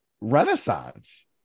renaissance